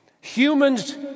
Humans